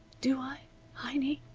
do i heiny?